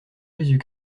jésus